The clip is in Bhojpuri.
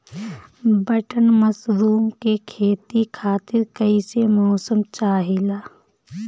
बटन मशरूम के खेती खातिर कईसे मौसम चाहिला?